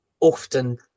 often